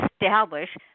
establish